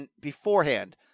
beforehand